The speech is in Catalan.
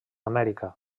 amèrica